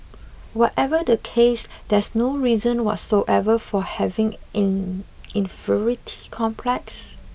whatever the case there's no reason whatsoever for having an inferiority complex